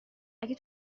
اگه